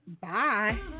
Bye